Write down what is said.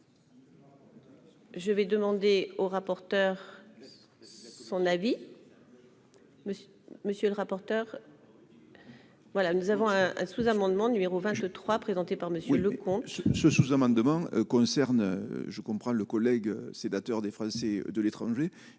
Je vais demander au rapporteur son avis. Merci, monsieur le rapporteur. Voilà, nous avons un sous-amendement numéro 23 présenté par Monsieur le comte. Ce sous-amendement concerne je comprends le collègue sénateur des Français de l'étranger,